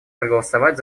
проголосовать